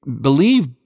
believe